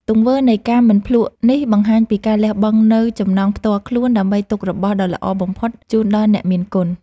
ទង្វើនៃការមិនភ្លក្សនេះបង្ហាញពីការលះបង់នូវចំណង់ផ្ទាល់ខ្លួន ដើម្បីទុករបស់ដ៏ល្អបំផុតជូនដល់អ្នកមានគុណ។